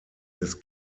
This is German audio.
des